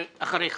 אדבר אחר כך.